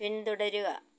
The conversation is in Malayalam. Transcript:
പിന്തുടരുക